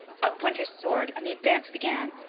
up went his sword, and the advance began,